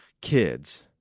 kids